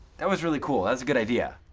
that was really cool, that's a good idea.